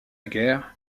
guerre